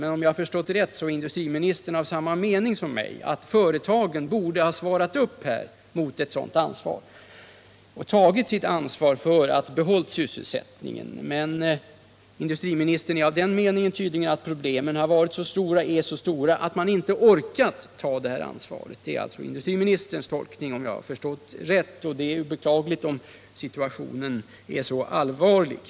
Men om jag har förstått saken rätt, så är industriministern av samma mening som jag, nämligen att företagen här borde ha svarat upp mot förväntningarna och tagit sitt ansvar för att upprätthålla sysselsättningen. Tydligen är industriministern dock av den meningen att problemen har varit och är så stora att företagen inte orkar med att ta det ansvaret. Det är väl så jag får tolka industriministerns ord. Och då är det ju beklagligt om situationen är så allvarlig.